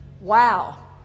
Wow